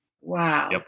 Wow